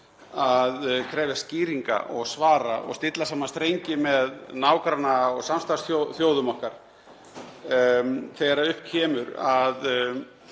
að krefjast skýringa og svara og stilla saman strengi með nágranna- og samstarfsþjóðum okkar þegar upp kemur að